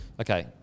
Okay